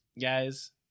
Guys